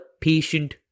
patient